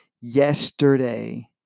yesterday